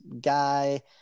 guy